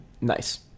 nice